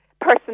Person